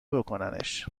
بکننش